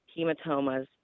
hematomas